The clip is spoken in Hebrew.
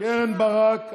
קרן ברק.